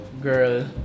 girl